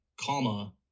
comma